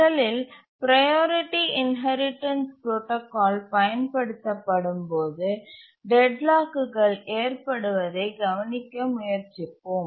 முதலில் priority inheritance protocol பயன் படுத்த படும் போது டெட்லாக்குகள் ஏற்படுவதைக் கவனிக்க முயற்சிப்போம்